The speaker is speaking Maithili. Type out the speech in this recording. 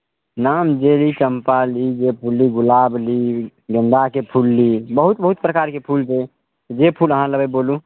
नाम जे ली चम्पा ली जे फूल ली गुलाब ली गेन्दाके फूल ली बहुत बहुत प्रकारके फूल छै जे फूल अहाँ लेबै बोलू